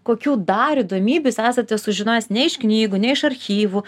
kokių dar įdomybių jūs esate sužinojęs ne iš knygų ne iš archyvų